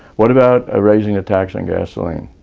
what about ah raising the tax on gasoline?